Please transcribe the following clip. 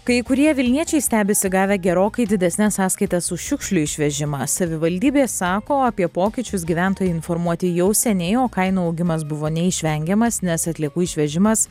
kai kurie vilniečiai stebisi gavę gerokai didesnes sąskaitas už šiukšlių išvežimą savivaldybė sako apie pokyčius gyventojai informuoti jau seniai o kainų augimas buvo neišvengiamas nes atliekų išvežimas